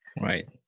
Right